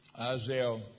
Isaiah